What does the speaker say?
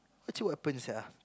actually what happen sia